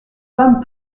femmes